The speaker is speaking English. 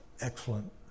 Excellent